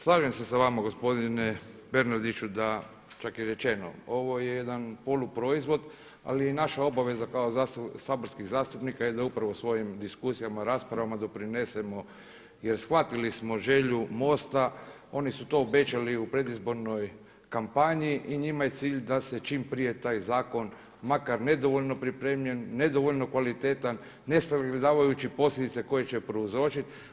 Slažem se s vama gospodine Bernardiću da čak je i rečeno ovo je jedan poluproizvod, ali naša obaveza kao saborskih zastupnika je da upravo svojim diskusijama, raspravama doprinesemo jer shvatili smo želju MOST-a, oni su to obećali u predizbornoj kampanji i njima je cilj da se čim prije taj zakon, makar nedovoljno pripremljen, nedovoljno kvalitetan, ne sagledavajući posljedice koje će prouzročiti.